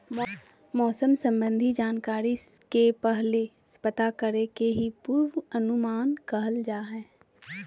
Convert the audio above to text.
मौसम संबंधी जानकारी के पहले से पता करे के ही पूर्वानुमान कहल जा हय